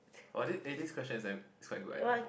!wah! this eighteenth question is like is quite good I think